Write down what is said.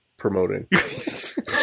promoting